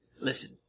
Listen